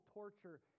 torture